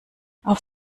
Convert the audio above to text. auf